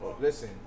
Listen